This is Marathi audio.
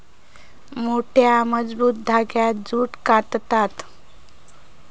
मोठ्या, मजबूत धांग्यांत जूट काततत